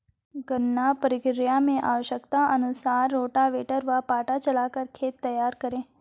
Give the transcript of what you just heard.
गन्ना प्रक्रिया मैं आवश्यकता अनुसार रोटावेटर व पाटा चलाकर खेत तैयार करें